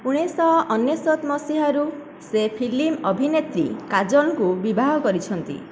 ଉଣେଇଶ ଶହ ଅନେଶ୍ୱତ ମସିହାରୁ ସେ ଫିଲ୍ମ ଅଭିନେତ୍ରୀ କାଜଲଙ୍କୁ ବିବାହ କରିଛନ୍ତି